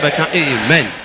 amen